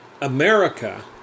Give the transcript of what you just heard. America